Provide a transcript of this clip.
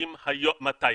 מתי?